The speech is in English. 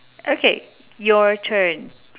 okay your turn